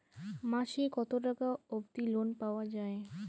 মাসে কত টাকা অবধি লোন পাওয়া য়ায়?